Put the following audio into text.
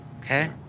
Okay